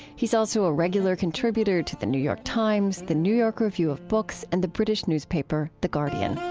he's also a regular contributor to the new york times, the new york review of books, and the british newspaper the guardian